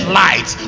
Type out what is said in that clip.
light